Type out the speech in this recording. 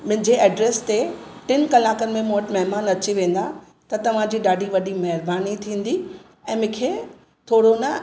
मूंहिंजे address ते टिन कलाकनि में मूं वटि महिमान अची वेंदा त तव्हांजी ॾाढी वॾी महिरबानी थींदी ऐं मूंखे थोरो न